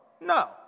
No